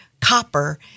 copper